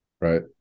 Right